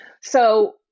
So-